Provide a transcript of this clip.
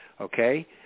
okay